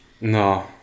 No